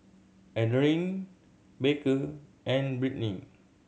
Adriene Baker and Brittni